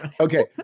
Okay